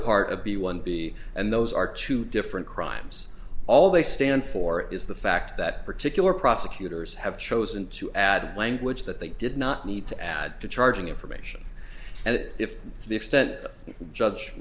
part of b one b and those are two different crimes all they stand for is the fact that particular prosecutors have chosen to add language that they did not need to add to charging information and if to the extent judge